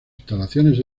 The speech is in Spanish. instalaciones